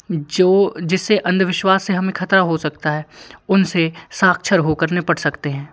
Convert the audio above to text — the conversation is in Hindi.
जो जिससे अंधविश्वास से हमें खतरा हो सकता है उनसे साक्षर होकर निपट सकते हैं